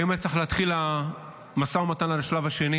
היום היה צריך להתחיל המשא ומתן על השלב השני